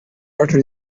butter